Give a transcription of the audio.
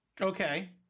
Okay